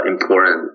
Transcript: important